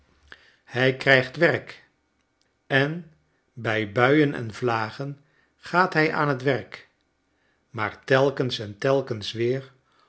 hij krijgt werk en bij buien envlagengaat hij aan t werk maar telkens en telkens weer